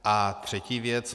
A třetí věc.